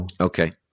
Okay